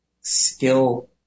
skill